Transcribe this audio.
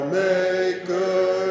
maker